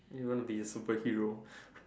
you want to be a superhero